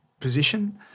position